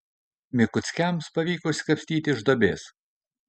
mikuckiams pavyko išsikapstyti iš duobės